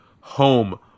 home